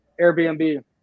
Airbnb